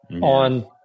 on